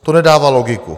To nedává logiku.